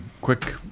quick